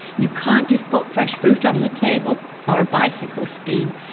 you can't just put fresh fruit on the table or a bicycle scheme,